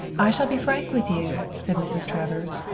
i shall be frank with you, said mrs. travers.